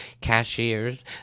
cashiers